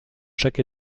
chaque